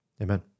Amen